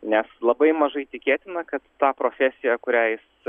nes labai mažai tikėtina kad ta profesija kurią jis